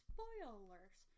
Spoilers